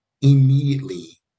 immediately